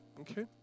Okay